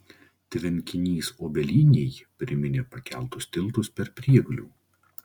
tvenkinys obelynėj priminė pakeltus tiltus per prieglių